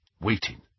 waiting